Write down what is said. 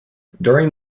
during